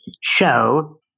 show